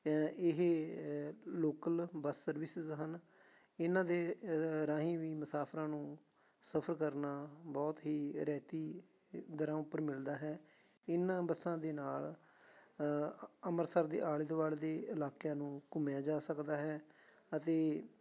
ਇਹ local bus services ਹਨ ਇਹਨਾਂ ਦੇ ਰਾਹੀਂ ਵੀ ਮੁਸਾਫਰਾਂ ਨੂੰ ਸਫਰ ਕਰਨਾ ਬਹੁਤ ਹੀ ਰਿਆਇਤੀ ਦਰਾਂ ਉੱਪਰ ਮਿਲਦਾ ਹੈ ਇਹਨਾਂ ਬੱਸਾਂ ਦੇ ਨਾਲ ਅੰਮ੍ਰਿਤਸਰ ਦੇ ਆਲੇ ਦੁਆਲੇ ਦੇ ਇਲਾਕਿਆਂ ਨੂੰ ਘੁੰਮਿਆਂ ਜਾ ਸਕਦਾ ਹੈ ਅਤੇ